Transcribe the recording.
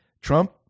Trump